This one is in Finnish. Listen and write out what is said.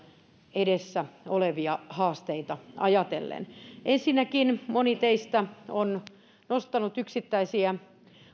edessä olevia haasteita ajatellen ensinnäkin moni teistä on nostanut yksittäisiä